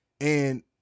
And-